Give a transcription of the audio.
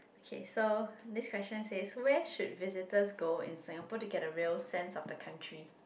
okay so this question says where should visitors go in Singapore to get a real sense of the country